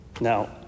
Now